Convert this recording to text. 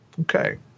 Okay